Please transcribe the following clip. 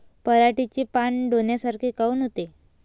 पराटीचे पानं डोन्यासारखे काऊन होते?